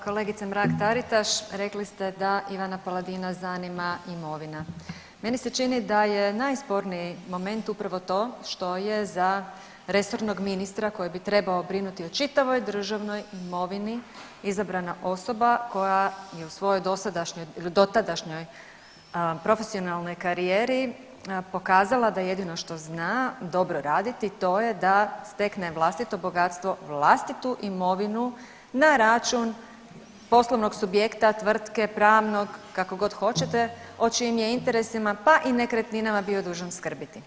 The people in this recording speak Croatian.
Kolegice Mrak Taritaš, rekli ste da Ivana Paladina zanima imovina, meni se čini da je najsporniji moment upravo to što je za resornog ministra koji bi trebao brinuti o čitavoj državnoj imovini izabrana osoba koja je u svojoj dosadašnjoj ili dotadašnjoj profesionalnoj karijeri pokazala da jedino što zna dobro raditi to je da stekne vlastito bogatstvo, vlastitu imovinu na račun poslovnog subjekta, tvrtke, pravnog kakogod hoćete o čijim je interesima pa i nekretninama bio dužan skrbiti.